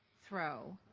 throw.